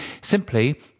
Simply